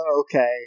okay